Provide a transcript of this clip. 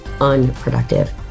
unproductive